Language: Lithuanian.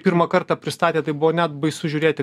pirmą kartą pristatė tai buvo net baisu žiūrėti